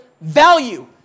value